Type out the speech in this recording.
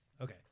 Okay